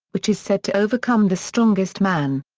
which is said to overcome the strongest man.